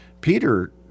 Peter